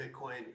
Bitcoin